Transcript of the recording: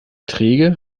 träge